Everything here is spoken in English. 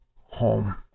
home